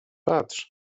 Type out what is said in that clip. patrz